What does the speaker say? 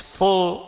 full